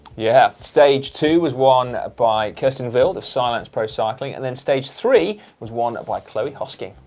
yeah, stage two was won by kirsten wild, of cylance pro cycling, and then stage three was won by chloe hosking.